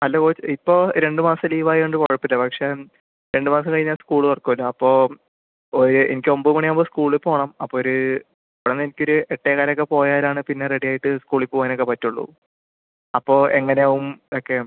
അല്ല കോച്ച് ഇപ്പോൾ രണ്ടു മാസത്തെ ലീവ് ആയതുകൊണ്ട് കുഴപ്പമില്ല പക്ഷേ രണ്ടു മാസം കഴിഞ്ഞാൽ സ്കൂൾ തുറക്കുമല്ലോ അപ്പോൾ ഒരു എനിക്ക് ഒൻപത് മണിയാവുമ്പോൾ സ്കൂളിൽ പോകണം അപ്പോൾ ഒരു ഇവിടെ നിന്ന് എനിക്ക് ഒരു എട്ടേകാലിനൊക്കെ പോയാലാണ് പിന്നെ റെഡി ആയിട്ട് സ്കൂളിൽ പോകുവാനൊക്കെ പറ്റൂളളൂ അപ്പോൾ എങ്ങനെ ആവും ഒക്കെയും